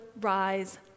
rise